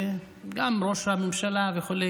וגם ראש הממשלה וכו',